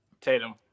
Tatum